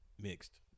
Mixed